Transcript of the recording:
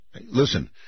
Listen